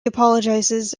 apologizes